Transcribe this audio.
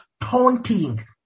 taunting